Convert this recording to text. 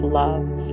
love